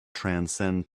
transcend